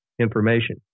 information